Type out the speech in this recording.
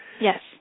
Yes